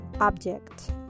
object